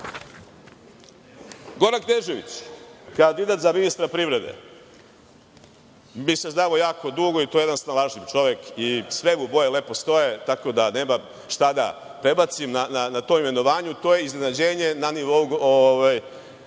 Knežević, kandidat za ministra privrede. Mi se znamo jako dugo, i to je jedan snalažljiv čovek i sve mu boje lepo stoje, tako da nemam šta da prebacim na tom imenovanju. To je iznenađenje na nivou